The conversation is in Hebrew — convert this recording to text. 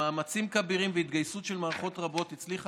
במאמצים כבירים והתגייסות של מערכות רבות הצליחה